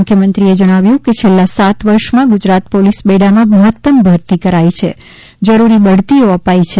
મુખ્યમંત્રીશ્રીએ જણાવ્યું કે છેલ્લા સાત વર્ષમાં ગુજરાત પોલીસ બેડામાં મહત્તમ ભરતી કરાઇ છે જરૂરી બઢતીઓ અપાઇ છે